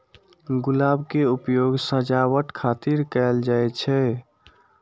गुलाब के उपयोग सजावट खातिर कैल जाइ छै